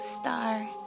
star